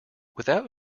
without